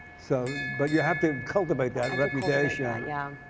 so but you have to cultivate that reputation. yeah.